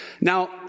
Now